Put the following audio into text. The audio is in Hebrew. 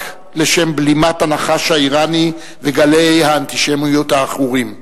לא רק לשם בלימת הנחש האירני וגלי האנטישמיות העכורים.